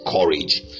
courage